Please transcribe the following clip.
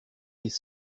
les